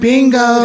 Bingo